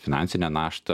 finansinę naštą